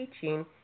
teaching